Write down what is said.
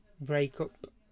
breakup